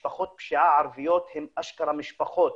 משפחות פשיעה ערביות הן אשכרה משפחות,